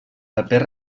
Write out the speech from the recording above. paper